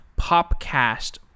PopCast